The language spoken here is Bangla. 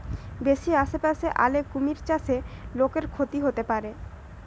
বেশি আশেপাশে আলে কুমির চাষে লোকর ক্ষতি হতে পারে